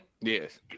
Yes